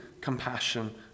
compassion